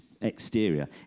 exterior